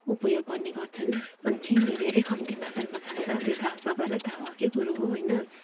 उपयोग गर्ने गर्छन् अनि चिनी धेरै कम्ती मात्रामा खान्छ त्यो त अब सबैलाई थाहा भएकै कुरो हो होइन